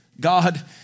God